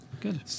Good